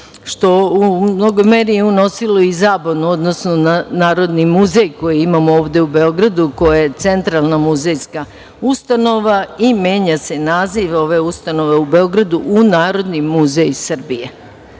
što u mnogoj meri unosilo i zabunu, odnosno Narodni muzej koji imamo ovde u Beogradu, koji je centralna muzejska ustanova, i menja se naziv ove ustanove u Beogradu u – Narodni muzej Srbije.